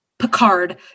Picard